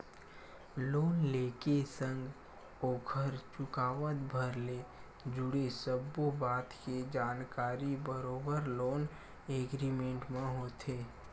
loan ले के संग ओखर चुकावत भर ले जुड़े सब्बो बात के जानकारी बरोबर लोन एग्रीमेंट म होथे